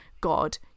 god